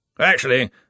Actually